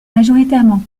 majoritairement